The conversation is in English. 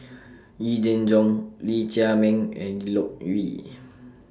Yee Jenn Jong Lee Chiaw Meng and Loke Yew